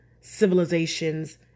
civilizations